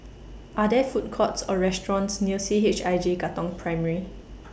Are There Food Courts Or restaurants near C H I J Katong Primary